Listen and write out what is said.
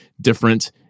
different